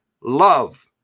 love